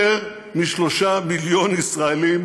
יותר מ-3 מיליון ישראלים